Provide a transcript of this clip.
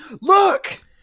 Look